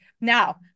Now